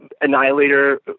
Annihilator